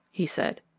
he said.